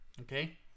Okay